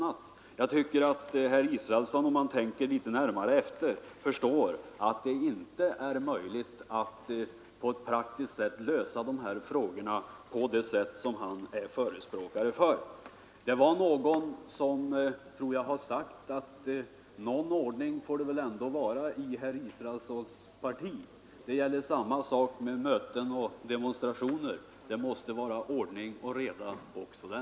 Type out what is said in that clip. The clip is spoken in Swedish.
Jag tycker att herr Israelsson, om han tänker litet närmare efter, borde förstå att det inte är möjligt att på ett praktiskt sätt lösa dessa frågor med den metod han är förespråkare för. Jag tror det är någon som har sagt att någon ordning får det ändå vara i herr Israelssons parti. Det gäller samma sak med möten och demonstrationer; det måste vara ordning och reda också där.